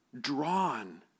drawn